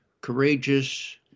courageous